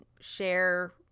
share